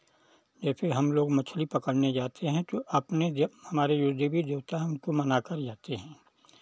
जैसे हम लोग मछली पकड़ने जाते हैं तो अपने जो हमारे जो देवी देवता हैं उनको मनाकर जाते हैं